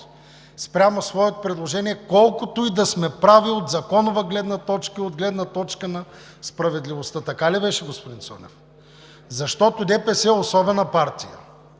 спрямо своето предложение, колкото и да сме прави от законова гледна точка и от гледна точка на справедливостта. Така ли беше, господин Цонев? Защото ДПС е особена партия